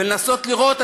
ולנסות לראות,